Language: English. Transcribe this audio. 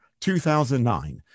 2009